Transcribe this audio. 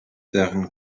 deren